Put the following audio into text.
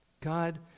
God